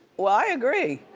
well, i agree.